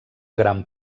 gran